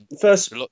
first